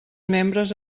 membres